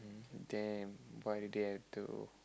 damn why do they have though